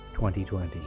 2020